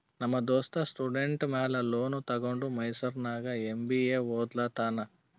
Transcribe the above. ನಮ್ ದೋಸ್ತ ಸ್ಟೂಡೆಂಟ್ ಮ್ಯಾಲ ಲೋನ್ ತಗೊಂಡ ಮೈಸೂರ್ನಾಗ್ ಎಂ.ಬಿ.ಎ ಒದ್ಲತಾನ್